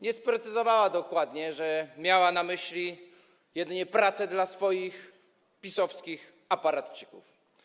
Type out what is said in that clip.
Nie sprecyzowała dokładnie, że miała na myśli jedynie pracę dla swoich, PiS-owskich aparatczyków.